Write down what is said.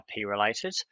IP-related